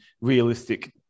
realistic